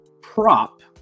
prop